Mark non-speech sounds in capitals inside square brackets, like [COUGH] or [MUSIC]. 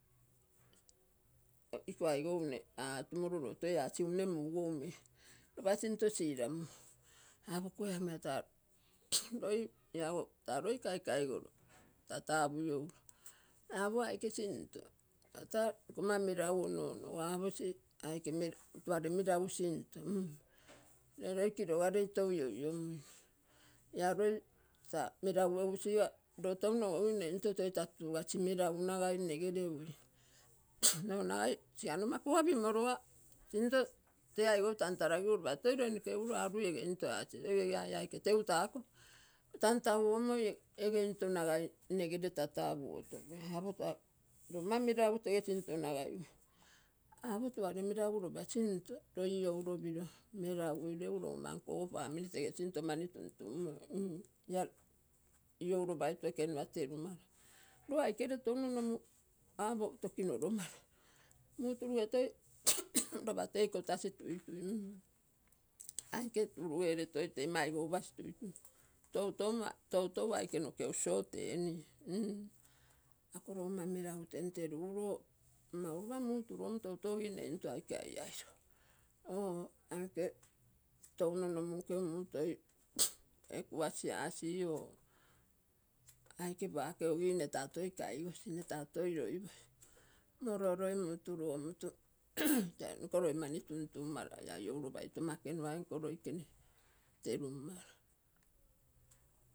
Iko aigau nne atumio loo toi assign nne mugou mei. Lapa sinto siramulo apoguo ia am taa [NOISE] loi taa lor kaikai koro taa tapuu ioulo. Apo aike sinto, taa nkonma meragu ono onogo apo e aike meragu tuare meragu sinto mm nne loi kilogarei tou ioiomuina, ia loi taa meraguegu loo touno onokii nne into toi taa tutugasi meragu nagai nege ui [NOISE] loo nagai nomaguga pimologa into tee aigou tantalagiku topa toi loi nogee uio arui ee ito aco [UNINTELLIGIBLE] ia tegu ako tantagu-gomoi ege ito nagai nege tan taapu uotopui. Apo taa logonma meragu tege into nagai ui apo tuare meragu lopa into loi iouropiro, meraguilo egu logonma nko ogo family tege into mani tuntu guina mm ia iloulopaitu ekenua terumara. Roo aike touno nomuu apo tokinolomara mururuge [NOISE] lapa tei kotosi tuituui mm aike turugere toi tee maigou pasi tuituui. Tonton aike noge uu short eni mm ako logonma meragu tenterugu roo mau lopa muu turugomutu tonton oki nne into aike aiailo oo aike touno omnu nkeu muu [NOISE] oi egnasi ac oo aike pake ogi nne taa kaigoc, nne taa toi loipoe omo roo loi muu turugomutu tenko loi mani [NOISE] tuntumara ia iouropaitu nko loi gene terunmara.